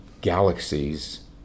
galaxies